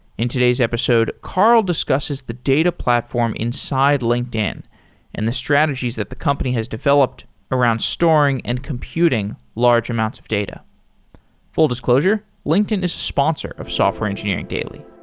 in today's episode, carl discusses the data platform inside linkedin and the strategies that the company has developed around storing and computing large amounts of data full disclosure, linkedin is a sponsor of software engineering daily